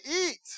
eat